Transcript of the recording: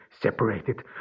separated